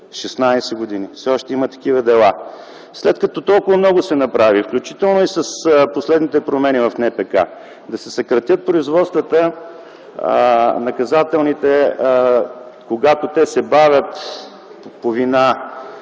16 години все още има такива дела. След като толкова много се направи, включително и с последните промени в НПК – да се съкратят наказателните производства, когато те се бавят по вина